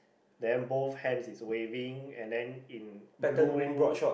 then both hands is waving and then in blue